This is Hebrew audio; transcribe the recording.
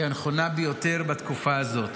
היא הנכונה ביותר בתקופה הזאת.